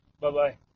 bye-bye